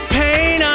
pain